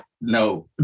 no